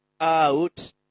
out